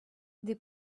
des